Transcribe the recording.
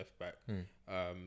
left-back